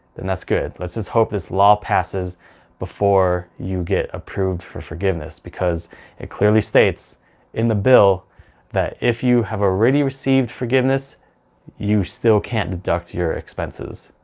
then that's good. let's just hope this law passes before you get approved for forgiveness because it clearly states in the bill that if you have already received forgiveness you still can't deduct your expenses.